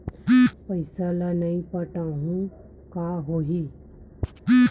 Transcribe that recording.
पईसा ल नई पटाहूँ का होही?